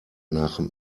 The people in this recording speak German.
nach